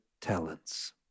talents